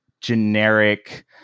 generic